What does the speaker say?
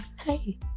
hey